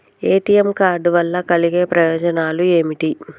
ATM card వల్ల కలిగే ప్రయోజనాలు ఏమిటి?